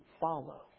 follow